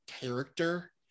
character